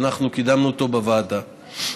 ואנחנו קידמנו אותו בוועדה.